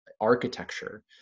architecture